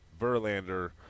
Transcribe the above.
Verlander